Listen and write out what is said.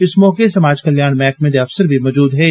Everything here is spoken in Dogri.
इस मौके समाज कल्याण मैहकमे दे अफसर बी मौजूद हे